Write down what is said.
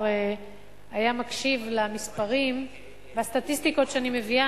היה מקשיב למספרים בסטטיסטיקות שאני מביאה.